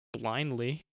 blindly